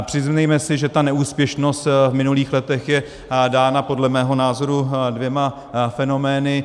Přiznejme si, že ta neúspěšnost v minulých letech je dána podle mého názoru dvěma fenomény.